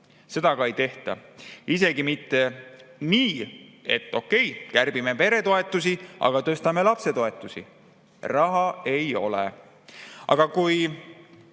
Seda aga ei tehta. Isegi mitte nii, et okei, kärbime peretoetusi, aga tõstame lapsetoetusi. Raha ei ole. Aga kui